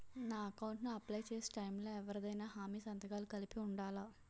నా అకౌంట్ ను అప్లై చేసి టైం లో ఎవరిదైనా హామీ సంతకాలు కలిపి ఉండలా?